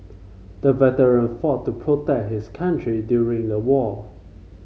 the veteran fought to protect his country during the war